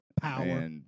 power